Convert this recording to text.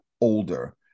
Older